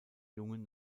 jungen